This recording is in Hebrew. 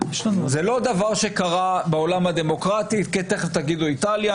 אני לא מתיימר לדבר בשם תקווה חדשה וגדעון סער,